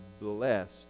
blessed